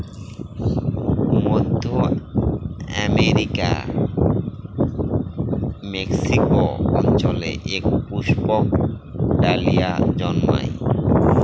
মধ্য আমেরিকার মেক্সিকো অঞ্চলে এক পুষ্পক ডালিয়া জন্মায়